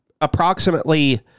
approximately